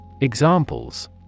Examples